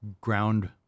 ground